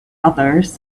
others